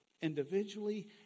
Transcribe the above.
individually